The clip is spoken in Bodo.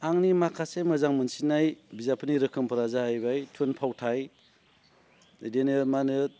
आंनि माखासे मोजां मोनसिननाय बिजाबफोरनि रोखोमफोरा जाहैबाय थुनफावथाय बिदिनो मानो